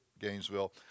Gainesville